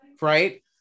right